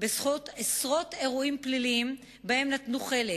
בזכות עשרות אירועים פליליים שבהם נטלו חלק.